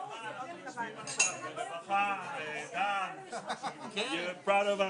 כשאמרתי שאני רוצה תפקיד משמעותי, וטען שצריך בכלל